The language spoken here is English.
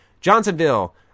Johnsonville